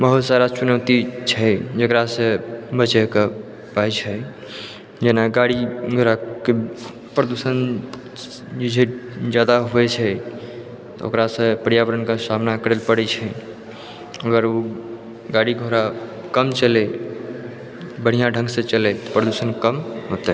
बहुत सारा चुनौती छै जकरासँ बचैके उपाइ छै जेना गाड़ी घोड़ाके प्रदूषण जे छै ज्यादा होइ छै तऽ ओकरासँ पर्यावरणके सामना करै पड़ै छै अगर ओ गाड़ी घोड़ा कम चलै बढ़िआँ ढंगसँ चलै प्रदूषण कम हेतै